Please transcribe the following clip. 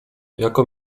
jako